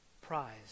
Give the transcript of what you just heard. prize